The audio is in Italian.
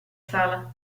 sala